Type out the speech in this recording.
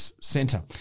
center